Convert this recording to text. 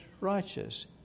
righteous